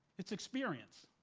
it's experience.